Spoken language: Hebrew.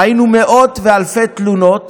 ראינו מאות ואלפי תלונות